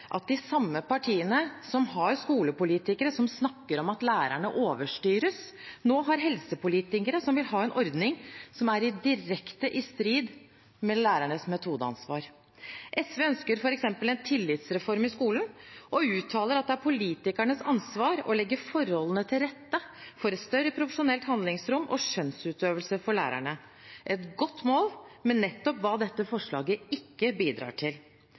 at de samme partiene som har skolepolitikere som snakker om at lærerne overstyres, nå har helsepolitikere som vil ha en ordning som er direkte i strid med lærernes metodeansvar. SV ønsker f.eks. en tillitsreform i skolen og uttaler at det er politikernes ansvar å legge forholdene til rette for et større profesjonelt handlingsrom og skjønnsutøvelse for lærerne. Det er et godt mål, men nettopp hva dette forslaget ikke bidrar til.